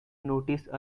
notice